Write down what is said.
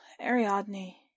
Ariadne